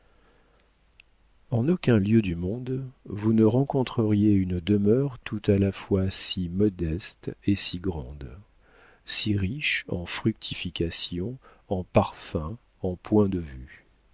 en aucun lieu du monde vous ne rencontreriez une demeure tout à la fois si modeste et si grande si riche en fructifications en parfums en points de vue